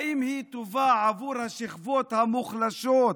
האם היא טובה עבור השכבות המוחלשות,